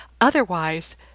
Otherwise